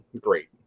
great